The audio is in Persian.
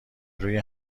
روی